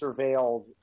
surveilled